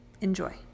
Enjoy